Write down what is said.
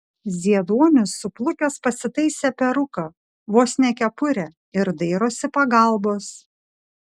zieduonis suplukęs pasitaisė peruką vos ne kepurę ir dairosi pagalbos